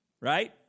right